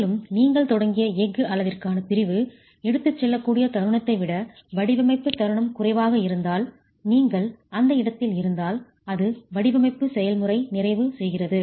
மேலும் நீங்கள் தொடங்கிய எஃகு அளவிற்கான பிரிவு எடுத்துச் செல்லக்கூடிய தருணத்தை விட வடிவமைப்பு தருணம் குறைவாக இருந்தால் நீங்கள் அந்த இடத்தில் இருந்தால் அது வடிவமைப்பு செயல்முறையை நிறைவு செய்கிறது